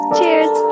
Cheers